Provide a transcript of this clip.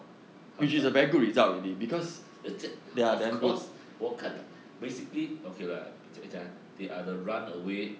hamsap uh of cause 我看 basically okay lah b~ 讲 ah they are the run away